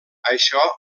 això